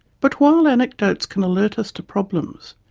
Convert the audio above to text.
but while anecdotes can alert us to problems,